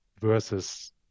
versus